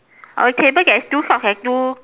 on the table there's two socks and two